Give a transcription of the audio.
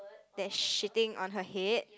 that shitting on her head